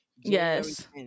yes